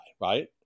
right